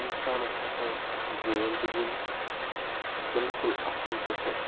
اِنسان اوس ہٮ۪کان گیم تہِ گِنٛدِتھ بِلکُل اصٕل پٲٹھۍ